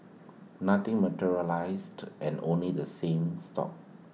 nothing materialised and only the same stuck